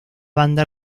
banda